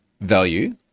value